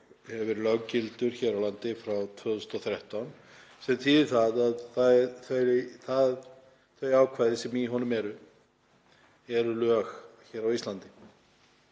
verið löggildur hér á landi frá 2013 sem þýðir að þau ákvæði sem í honum eru eru lög á Íslandi.